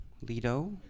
Lido